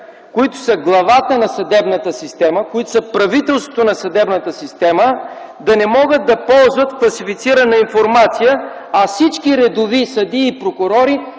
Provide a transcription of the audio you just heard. които са главата на съдебната система, които са правителството на съдебната система, да не могат да ползват класифицирана информация, а всички редови съдии и прокурори